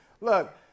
look